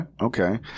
Okay